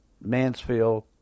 Mansfield